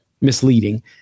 misleading